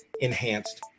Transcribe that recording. enhanced